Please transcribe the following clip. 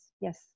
Yes